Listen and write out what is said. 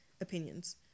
opinions